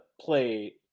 play